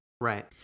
Right